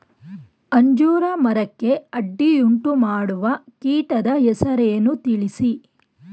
ಅಂಜೂರ ಮರಕ್ಕೆ ಅಡ್ಡಿಯುಂಟುಮಾಡುವ ಕೀಟದ ಹೆಸರನ್ನು ತಿಳಿಸಿ?